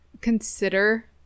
consider